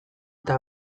eta